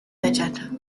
magenta